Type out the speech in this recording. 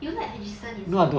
you like ajisen is it